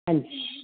ਹਾਂਜੀ